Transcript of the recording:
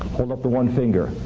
hold up the one finger.